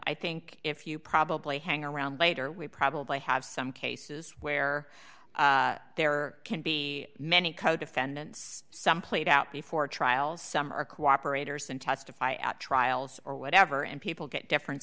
i think if you probably hang around later we probably have some cases where there can be many co defendants some played out before trial some are cooperators and testify at trials or whatever and people get different